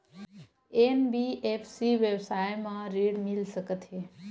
NBFC व्यवसाय मा ऋण मिल सकत हे